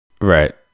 Right